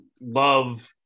love